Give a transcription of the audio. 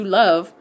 love